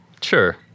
Sure